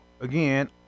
Again